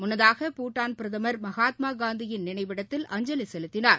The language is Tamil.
முன்னதாக பூட்டான் பிரதமர் மகாத்மாகாந்தியின் நினைவிடத்தில் அஞ்சலி செலுத்தினார்